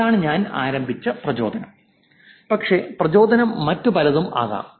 അതാണ് ഞാൻ ആരംഭിച്ച പ്രചോദനം പക്ഷേ പ്രചോദനം മറ്റ് പലതും ആകാം